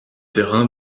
terrain